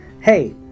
hey